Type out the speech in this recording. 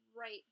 right